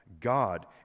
God